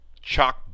chalk